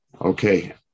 Okay